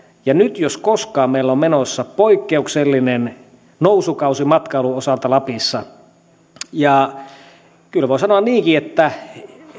ja nyt jos koskaan meillä on menossa poikkeuksellinen nousukausi matkailun osalta lapissa kyllä voi sanoa niinkin että